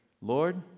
Lord